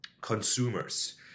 consumers